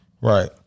Right